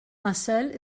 marcel